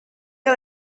que